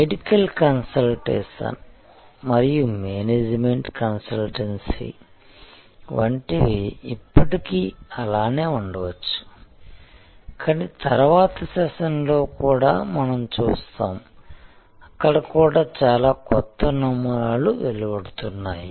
medical consultation మరియు management consultancy వంటిది ఇప్పటికీ అలానే ఉండవచ్చు కానీ తరువాతి సెషన్లో కూడా మనం చూస్తాము అక్కడ కూడా చాలా కొత్త నమూనాలు వెలువడుతున్నాయి